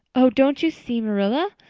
oh, don't you see, marilla?